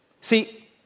See